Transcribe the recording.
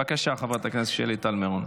בבקשה, חברת הכנסת שלי טל מירון.